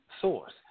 source